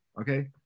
Okay